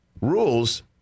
rules